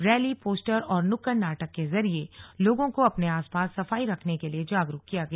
rally poster और नुक्कड़ नाटक के जरिये लोगों को अपने आसपास सफाई रखने के लिए जागरुक किया गया